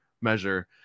measure